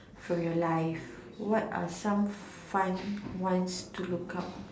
from your life what are some fun ones to look up